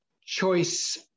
choice